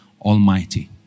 Almighty